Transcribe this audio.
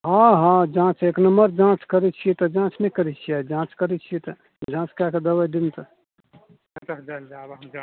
हँ हँ जाँच एक नम्बर जाँच करै छिए तऽ जाँच नहि करै छिए जाँच करै छिए तऽ जाँच कै के दवाइ देबै तऽ